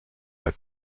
pas